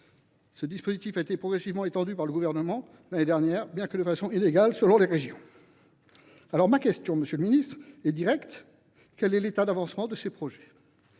Ce dispositif a été progressivement étendu par le Gouvernement l’année dernière, bien que de façon inégale selon les régions. Ma question est directe, monsieur le ministre : quel est l’état d’avancement de ces projets ?